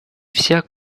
вся